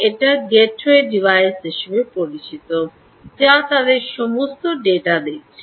এটা gateway device হিসাবে পরিচিত যা তাদের সমস্ত ডেটা দিচ্ছে